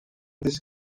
this